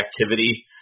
activity